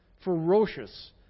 ferocious